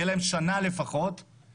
יהיה להם לפחות שנה לעבוד,